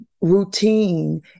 Routine